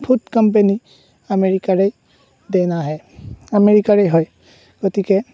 food company আমেৰিকাৰে ডেনাহে আমেৰিকাৰেই হয় গতিকে